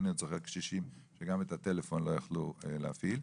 אני עוד זוכר קשישים שגם את הטלפון לא יכלו להפעיל.